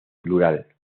plural